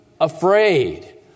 afraid